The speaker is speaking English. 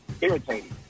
irritating